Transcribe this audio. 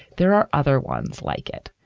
there are other ones like it